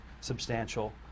substantial